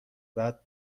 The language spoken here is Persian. بعد